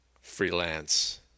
Freelance